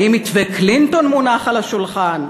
האם מתווה קלינטון מונח על השולחן?